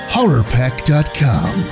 Horrorpack.com